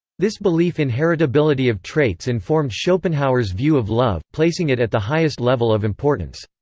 this belief in heritability of traits informed schopenhauer's view of love placing it at the highest level of importance.